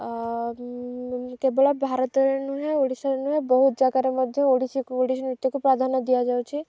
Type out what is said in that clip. କେବଳ ଭାରତରେ ନୁହେଁ ଓଡ଼ିଶାରେ ନୁହେଁ ବହୁତ ଜାଗାରେ ମଧ୍ୟ ଓଡ଼ିଶୀକୁ ଓଡ଼ିଶୀ ନୃତ୍ୟକୁ ପ୍ରାଧାନ୍ୟ ଦିଆଯାଉଛି